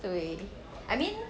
对 I mean